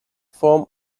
form